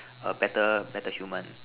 a better better human